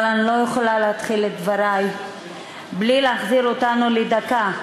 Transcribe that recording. אבל אני לא יכולה להתחיל את דברי בלי להחזיר אותנו לדקה,